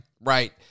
right